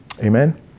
Amen